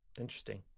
interesting